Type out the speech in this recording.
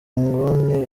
nguni